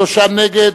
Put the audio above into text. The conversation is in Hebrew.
שלושה נגד,